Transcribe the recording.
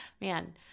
man